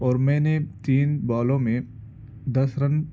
اور میں نے تین بالوں میں دس رن